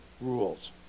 rules